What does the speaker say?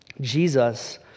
Jesus